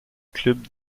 club